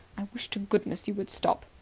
i wish to goodness you would stop.